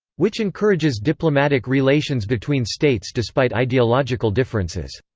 which encourages diplomatic relations between states despite ideological differences.